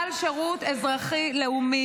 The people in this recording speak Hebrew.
מנכ"ל השירות האזרחי-לאומי,